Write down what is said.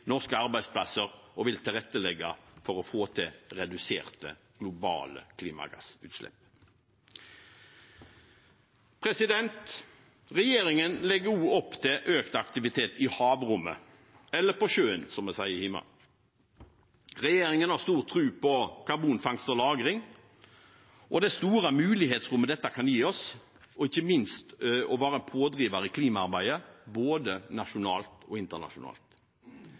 norske arbeidsplasser og vil tilrettelegge for å få til reduserte globale klimagassutslipp. Regjeringen legger også opp til økt aktivitet i havrommet – eller på sjøen, som vi sier hjemme. Regjeringen har stor tro på karbonfangst og -lagring og det store mulighetsrommet dette kan gi oss – ikke minst å være pådriver i klimaarbeidet, både nasjonalt og internasjonalt.